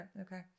Okay